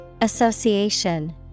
Association